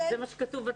זה מה שכתוב בתקנות.